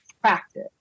practice